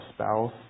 spouse